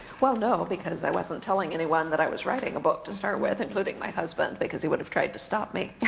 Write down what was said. well no, because i wasn't telling anyone that i was writing a book to start with, including my husband, because he would have tried to stop me.